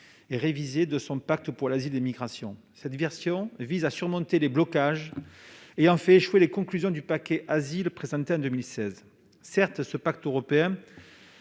et révisée de son pacte européen pour l'asile et les migrations. Cette version vise à surmonter les blocages ayant fait échouer les conclusions du paquet Asile présenté en 2016. Certes, ce pacte européen